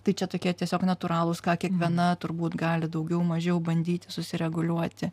tai čia tokie tiesiog natūralūs ką kiekviena turbūt gali daugiau mažiau bandyti susireguliuoti